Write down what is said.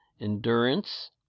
endurance